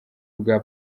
bwa